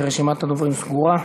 שרשימת הדוברים סגורה,